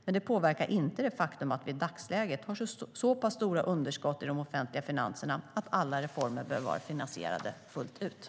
Men det påverkar inte det faktum att vi i dagsläget har så pass stora underskott i de offentliga finanserna att alla reformer behöver vara finansierade fullt ut.